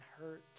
hurt